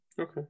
Okay